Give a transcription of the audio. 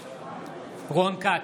בעד רון כץ,